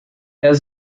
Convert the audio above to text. has